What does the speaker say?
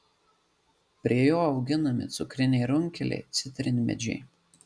prie jo auginami cukriniai runkeliai citrinmedžiai